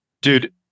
dude